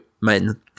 men